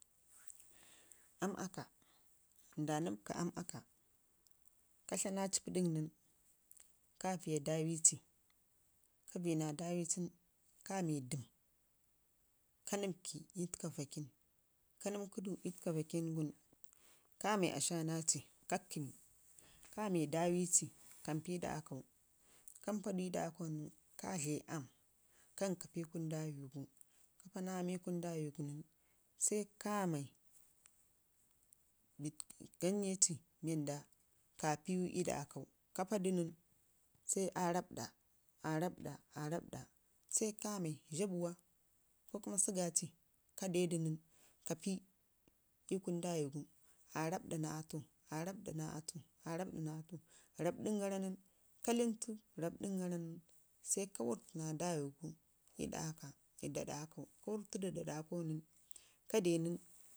Aam akka, nda nibka aam akka ka tlaana ci pə ɗak nən ka viiya daawi ci, ka viiyi naa daawi cin ka nibkə ɗam a ii kəka vaakən ka nibkədu, ii təka vaakən gun kame ashana ci ka kəmi kame dawi ci kampi da akkau kampa du ii ɗa aak au nən ka dlee aam kan ka pii ii kunu dawigu ka paa naa aam ii kunu dawi gun, sai kaonai ka piwu ii ɗa akau ka paa da nən, aa rrapɗa aarapɗa sai ka mai zhabuwa ko, kuma sugarci ka pil ii kan ɗawi gu aa rrabɗa naa ata aa rrabɗa naa atu rrabɗingara nən ka lənntəni rrabdin gara nən sai ka murrta naa dawigu da ɗa akkau, ka wərrtada da ɗa akkau nən, ka de nən